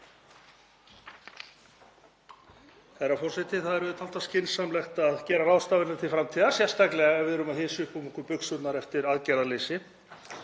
Það er auðvitað alltaf skynsamlegt að gera ráðstafanir til framtíðar, sérstaklega ef við erum að hysja upp um okkur buxurnar eftir aðgerðaleysi.